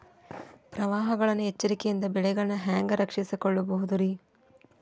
ಪ್ರವಾಹಗಳ ಎಚ್ಚರಿಕೆಯಿಂದ ಬೆಳೆಗಳನ್ನ ಹ್ಯಾಂಗ ರಕ್ಷಿಸಿಕೊಳ್ಳಬಹುದುರೇ?